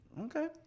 Okay